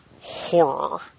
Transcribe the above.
horror